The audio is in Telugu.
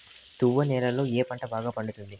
తువ్వ నేలలో ఏ పంట బాగా పండుతుంది?